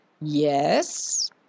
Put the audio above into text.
Yes